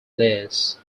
layers